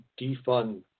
defund